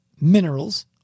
minerals